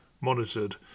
monitored